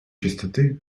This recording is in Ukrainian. чистоти